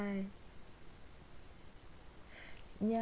yeah